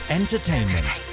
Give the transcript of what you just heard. entertainment